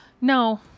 No